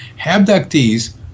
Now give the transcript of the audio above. abductees